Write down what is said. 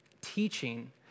teaching